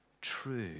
true